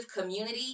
community